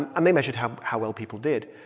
and and they measured how how well people did.